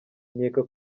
nkeka